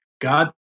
God